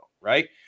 right